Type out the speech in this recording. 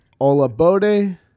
Olabode